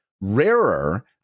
Rarer